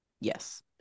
yes